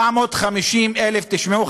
תשמעו,